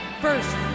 first